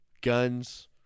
Guns